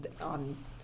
on